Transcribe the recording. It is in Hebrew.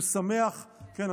כן,